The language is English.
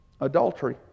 Adultery